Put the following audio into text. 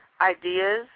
ideas